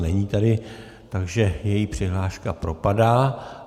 Není tady, takže její přihláška propadá.